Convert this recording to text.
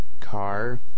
car